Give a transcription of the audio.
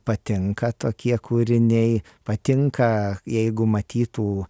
patinka tokie kūriniai patinka jeigu matytų